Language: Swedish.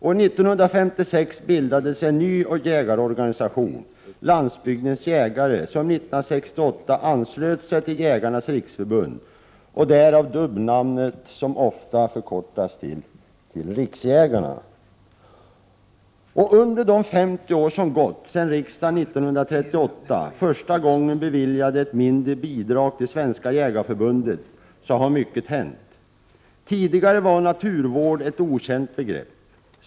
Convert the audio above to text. År 1956 bildades en ny jägarorganisation — Landsbygdens jägare — som 1968 anslöt sig till Jägarnas riksförbund. Därav dubbelnamnet, som ofta förkortas till Riksjägarna. Under de 50 år som gått sedan riksdagen 1938 första gången beviljade ett mindre bidrag till Svenska jägareförbundet har mycket hänt. Tidigare var naturvård ett okänt begrepp.